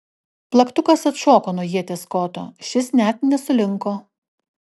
plaktukas atšoko nuo ieties koto šis net nesulinko